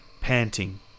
panting